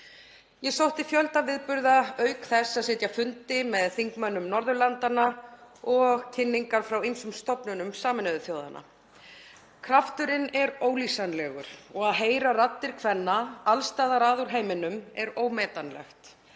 Ég sótti fjölda viðburða auk þess að sitja fundi með þingmönnum Norðurlandanna og kynningar frá ýmsum stofnunum Sameinuðu þjóðanna. Krafturinn er ólýsanlegur og að heyra raddir kvenna alls staðar að úr heiminum er ómetanlegt.